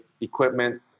equipment